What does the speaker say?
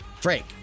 Frank